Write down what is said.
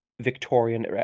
Victorian